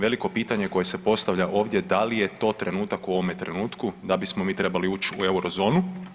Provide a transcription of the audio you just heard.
Veliko pitanje koje se postavlja ovdje, da li je to trenutak u ovome trenutku da bismo mi trebali uć u Eurozonu?